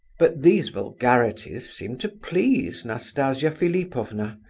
but these vulgarities seemed to please nastasia philipovna,